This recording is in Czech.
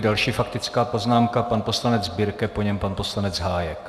Další faktická poznámka, pan poslanec Birke, po něm pan poslanec Hájek.